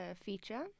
feature